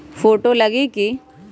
Photo लगी कि?